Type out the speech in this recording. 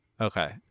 Okay